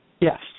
Yes